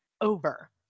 over